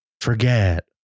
forget